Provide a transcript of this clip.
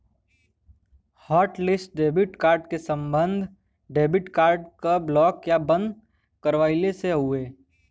hotlist debit card क सम्बन्ध debit card क ब्लॉक या बंद करवइले से हउवे